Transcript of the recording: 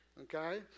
okay